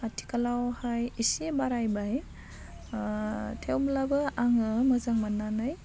आथिखालावहाय एसे बारायबाय थेवब्लाबो आङो मोजां मोननानै